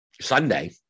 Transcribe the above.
Sunday